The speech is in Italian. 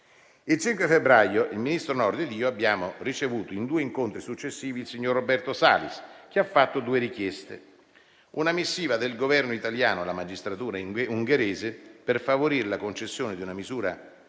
Il 5 febbraio il ministro Nordio ed io abbiamo ricevuto in due incontri successivi il signor Roberto Salis, che ha fatto due richieste: una missiva del Governo italiano alla magistratura in ungherese per favorire la concessione di una misura